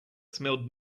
smelled